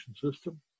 system